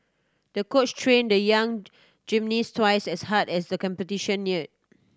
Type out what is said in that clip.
the coach trained the young gymnast twice as hard as the competition neared